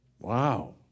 Wow